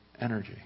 energy